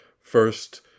First